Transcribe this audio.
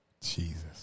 Jesus